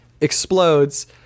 explodes